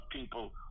people